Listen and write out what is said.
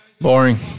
Boring